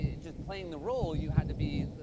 just playing the role, you had to be,